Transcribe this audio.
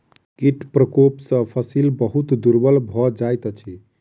कीट प्रकोप सॅ फसिल बहुत दुर्बल भ जाइत अछि